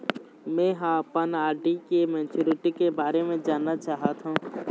में ह अपन आर.डी के मैच्युरिटी के बारे में जानना चाहथों